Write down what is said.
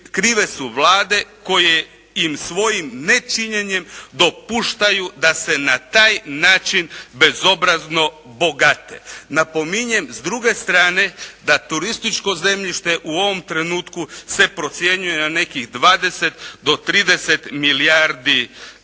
Krive su Vlade koje im svojim nečinjenjem dopuštaju da se na taj način bezobrazno bogate. Napominjem s druge strane da turističko zemljište u ovom trenutku se procjenjuje na nekih 20 do 30 milijardi eura